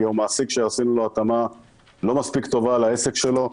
או מעסיק שעשינו לו התאמה לא מספיק טובה לעסק שלו.